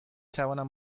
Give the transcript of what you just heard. توانم